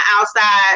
outside